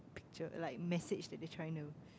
picture like message that they trying to